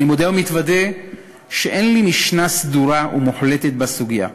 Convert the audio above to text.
אני מודה ומתוודה שאין לי משנה סדורה ומוחלטת בסוגיה,